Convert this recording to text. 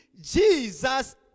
Jesus